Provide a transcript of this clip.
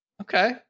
Okay